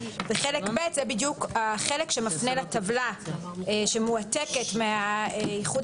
חלק ב':זה החלק שמפנה לטבלה שמועתקת מהאיחוד